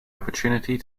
opportunity